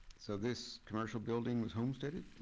so this commercial building was homesteaded?